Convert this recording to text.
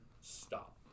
stop